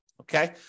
Okay